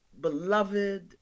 beloved